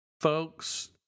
folks